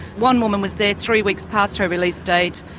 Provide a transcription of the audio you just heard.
one woman was there three weeks past her release date,